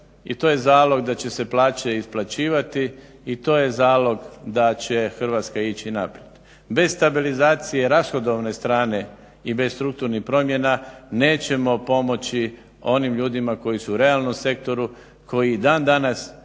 i to je zalog da će se plaće isplaćivati i to je zalog da će Hrvatska ići naprijed. Bez stabilizacije rashodovne strane i bez strukturnih promjena nećemo pomoći onim ljudima koji su u realnom sektoru, koji i dan danas